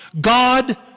God